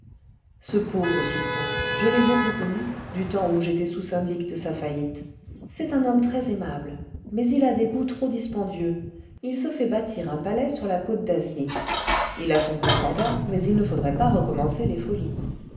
ce pauvre sultan je l'ai beaucoup connu du temps où j'étais sous syndic de sa faillite c'est un homme très aimable mais il a des goûts trop dispendieux il se fait bâtir un palais sur la côte d'asie h a son concordat mais il ne faudrait pas recommencer les folies